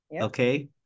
Okay